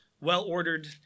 well-ordered